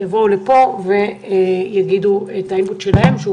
יבואו לפה ויגידו את העמדות שלהם,